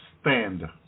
stand